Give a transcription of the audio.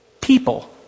people